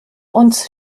uns